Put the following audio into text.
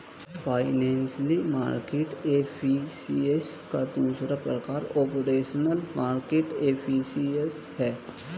financial market efficiency का दूसरा प्रकार ऑपरेशनल मार्केट एफिशिएंसी है